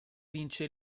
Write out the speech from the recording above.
vince